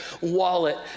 wallet